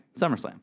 SummerSlam